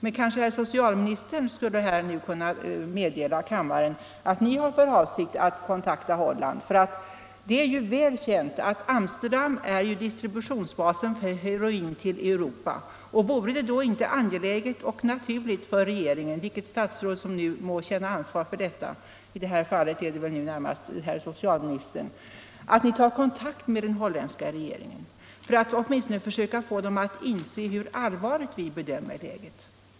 Kanske heroin herr socialministern nu skulle kunna meddela kammaren att ni har för avsikt att kontakta Holland. Det är väl känt att Amsterdam är distributionsbas för heroin till Europa. Vore det då inte angeläget och naturligt för regeringen — vilket statsråd som nu må känna ansvar för detta; i det här fallet är det väl närmast herr socialministern — att ta kontakt med den holländska regeringen för att åtminstone försöka få den att inse hur allvarligt vi bedömer läget?